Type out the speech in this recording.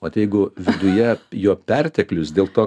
vat jeigu viduje jo perteklius dėl to